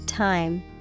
Time